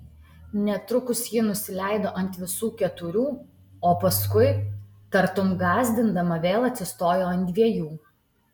netrukus ji nusileido ant visų keturių o paskui tartum gąsdindama vėl atsistojo ant dviejų